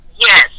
Yes